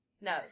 No